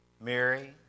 Mary